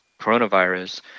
coronavirus